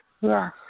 yes